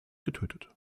getötet